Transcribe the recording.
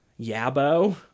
yabo